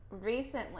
recently